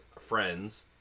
friends